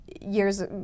years